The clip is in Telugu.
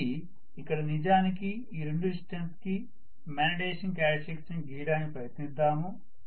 కాబట్టి ఇక్కడ నిజానికి ఈ రెండు డిస్టన్స్స్ కి మాగ్నెటిజషన్ క్యారెక్టర్స్టిక్స్ ని గీయడానికి ప్రయత్నిద్దాము